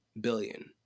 billion